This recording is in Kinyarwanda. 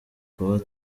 kuba